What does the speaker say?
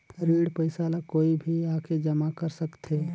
ऋण पईसा ला कोई भी आके जमा कर सकथे?